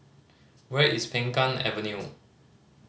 where is Peng Kang Avenue